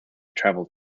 travel